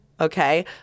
Okay